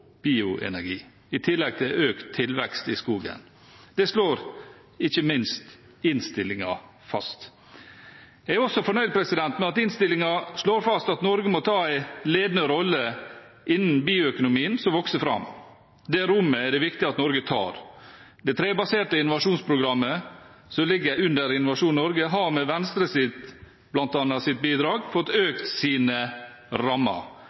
bioenergi, i tillegg til økt tilvekst i skogen. Det slår ikke minst innstillingen fast. Jeg er også fornøyd med at innstillingen slår fast at Norge må ta en ledende rolle innen bioøkonomien som vokser fram. Det rommet er det viktig at Norge tar. Det trebaserte innovasjonsprogrammet som ligger under Innovasjon Norge, har med bl.a. Venstres bidrag fått økt sine rammer.